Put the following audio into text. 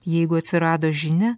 jeigu atsirado žinia